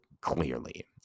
clearly